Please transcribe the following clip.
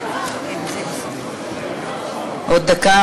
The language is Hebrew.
עוד דקה